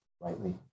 rightly